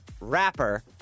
rapper